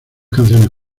canciones